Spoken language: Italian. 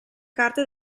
carte